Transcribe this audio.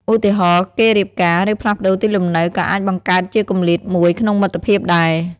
ឧទាហរណ៍៍ គេរៀបការ ឬផ្លាស់ប្តូរទីលំនៅក៏អាចបង្កើតជាគម្លាតមួយក្នុងមិត្តភាពដែរ។